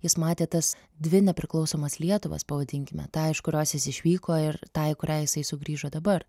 jis matė tas dvi nepriklausomas lietuvas pavadinkime tą iš kurios jis išvyko ir tą į kurią jisai sugrįžo dabar